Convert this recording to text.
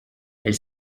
elle